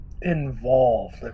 Involved